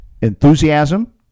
enthusiasm